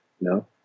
No